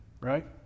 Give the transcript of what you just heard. right